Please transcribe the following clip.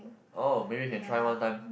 oh maybe can try one time